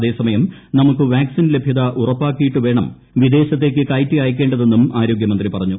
അതേസമയം നമുക്ക് വാക്സിൻ ലഭ്യത ഉറപ്പാക്കിയിട്ട് വേണം വിദേശത്തേക്ക് കയറ്റി അയക്കേണ്ടതെന്നും ആരോഗൃമന്ത്രി പറഞ്ഞു